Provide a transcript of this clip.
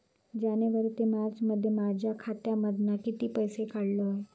जानेवारी ते मार्चमध्ये माझ्या खात्यामधना किती पैसे काढलय?